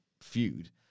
feud